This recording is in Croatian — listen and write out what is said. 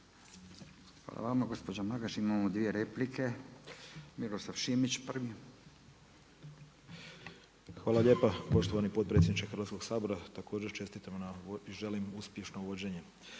Hvala vama gospođo Magaš. Imamo dvije replike. Miroslav Šimić prvi. **Šimić, Miroslav (MOST)** Hvala lijepa poštovani potpredsjedniče Hrvatskog sabora. Također čestitam i želim uspješno vođenje.